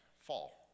fall